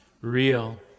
real